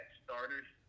starters